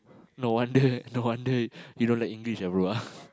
no wonder no wonder you don't like English ah bro ah